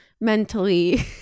mentally